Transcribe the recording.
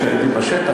כשהייתי בשטח,